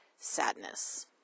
sadness